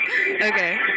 Okay